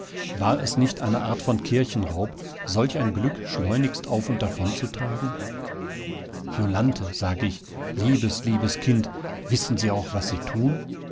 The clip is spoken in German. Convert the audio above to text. war es nicht eine art von kirchenraub solch ein glück schleunigst auf und davon zu tragen jolanthe sag ich liebes liebes kind wissen sie auch was sie tun